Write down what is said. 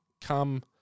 come